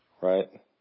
Right